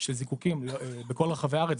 של זיקוקין בכל רחבי הארץ,